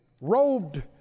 robed